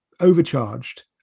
overcharged